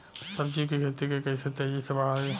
सब्जी के खेती के कइसे तेजी से बढ़ाई?